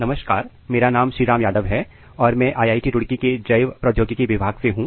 नमस्कार मेरा नाम श्रीराम यादव है और मैं आईआईटी रुड़की के जैव प्रौद्योगिकी विभाग से हूं